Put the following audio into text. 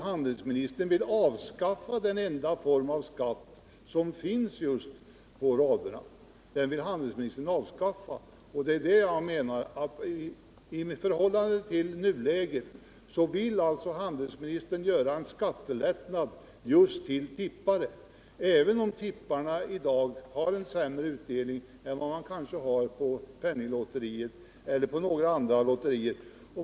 Handelsministern vill däremot avskaffa den enda form av skatt som finns för raderna. Det är det jag menar: Handelsministern vill ge just tipparna en skattelättnad I förhållande till nuläget därför att tipset i dag kanske ger en sämre utdelning än penninglotteriet och andra lotterier.